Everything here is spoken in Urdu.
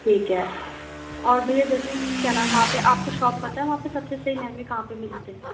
ٹھیک ہے اور بھیا جیسے کیا نام ہے وہاں پہ آپ کو شاپ پتہ ہے وہاں پہ سب سے صحیح لہنگے کہاں پہ ملتے ہیں